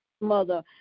Mother